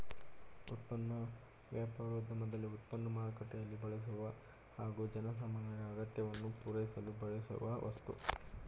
ಉತ್ಪನ್ನ ವ್ಯಾಪಾರೋದ್ಯಮದಲ್ಲಿ ಉತ್ಪನ್ನ ಮಾರುಕಟ್ಟೆಯಲ್ಲಿ ಬಳಸುವ ಹಾಗೂ ಜನಸಾಮಾನ್ಯರ ಅಗತ್ಯವನ್ನು ಪೂರೈಸಲು ಬಳಸುವ ವಸ್ತು